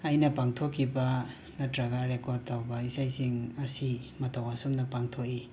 ꯑꯩꯅ ꯄꯥꯡꯊꯣꯛꯈꯤꯕ ꯅꯠꯇ꯭ꯔꯒ ꯔꯦꯀꯣꯠ ꯇꯧꯕ ꯏꯁꯩꯁꯤꯡ ꯑꯁꯤ ꯃꯇꯧ ꯑꯁꯨꯝꯅ ꯄꯥꯡꯊꯣꯛꯏ